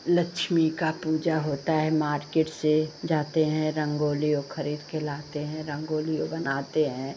लक्ष्मी की पूजा होती है मार्केट से जाते हैं रंगोलियो खरीदकर लाते हैं रंगोलियो बनाते हैं